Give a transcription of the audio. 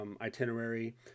itinerary